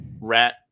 rat